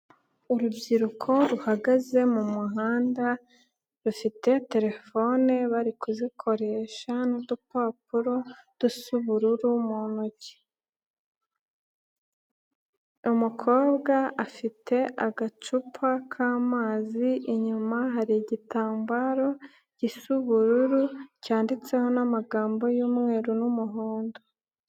Urubyiruko ruhagaze mu muhanda rufite telefone bari kuzikoresha n'udupapuro dusa ubururu mu ntoki, umukobwa afite agacupa k'amazi inyuma hari igitambaro gisa ubururu cyanditseho n'amagambo y'umweru n'umuhondo.